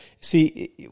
see